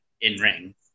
in-ring